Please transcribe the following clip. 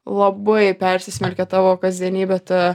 labai persismelkia tavo kasdienybė ta